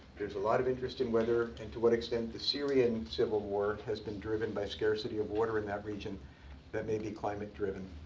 there's a lot of interest in weather, and to what extent the syrian civil war has been driven by scarcity of water in that region that may be climate driven.